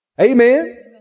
Amen